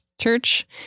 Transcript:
church